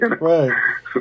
Right